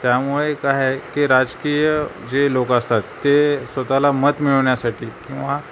त्यामुळे काय की राजकीय जे लोकं असतात ते स्वतःला मत मिळवण्यासाठी किंवा